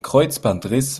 kreuzbandriss